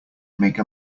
make